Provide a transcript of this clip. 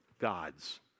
God's